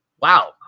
Wow